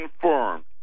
confirmed